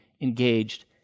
engaged